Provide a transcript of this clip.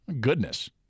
goodness